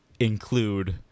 include